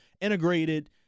integrated